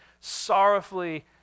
sorrowfully